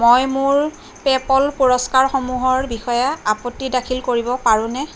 মই মোৰ PayPal পুৰস্কাৰসমূহৰ বিষয়ে আপত্তি দাখিল কৰিব পাৰোনে